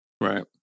right